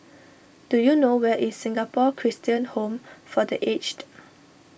do you know where is Singapore Christian Home for the Aged